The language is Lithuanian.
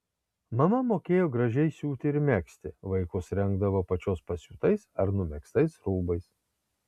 mama mokėjo gražiai siūti ir megzti vaikus rengdavo pačios pasiūtais ar numegztais rūbais